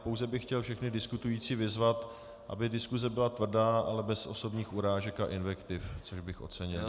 Pouze bych chtěl všechny diskutující vyzvat, aby diskuse byla tvrdá, ale bez osobních urážek a invektiv, což bych ocenil.